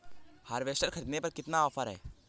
Harvester ख़रीदने पर कितनी का ऑफर है?